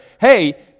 hey